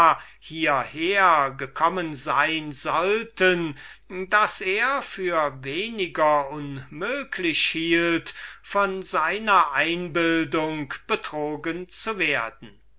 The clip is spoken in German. hieher gekommen sein sollten daß er für weniger unmöglich hielt von seiner einbildung betrogen zu werden